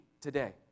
today